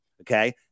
okay